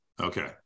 Okay